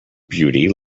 beauty